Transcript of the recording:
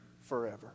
forever